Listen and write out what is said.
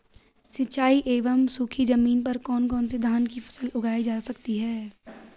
सिंचाई एवं सूखी जमीन पर कौन कौन से धान की फसल उगाई जा सकती है?